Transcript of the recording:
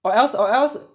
or else or else